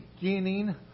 beginning